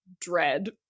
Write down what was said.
dread